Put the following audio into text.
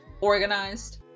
organized